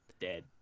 dead